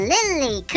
Lily